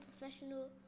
professional